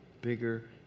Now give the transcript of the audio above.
bigger